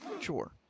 sure